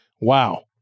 wow